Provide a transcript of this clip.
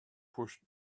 pushed